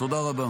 תודה רבה.